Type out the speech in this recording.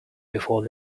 before